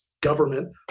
government